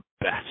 best